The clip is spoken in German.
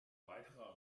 weiterer